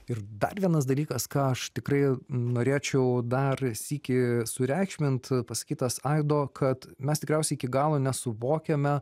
ir dar vienas dalykas ką aš tikrai norėčiau dar sykį sureikšmint pasakytas aido kad mes tikriausiai iki galo nesuvokiame